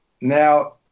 Now